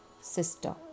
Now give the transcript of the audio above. sister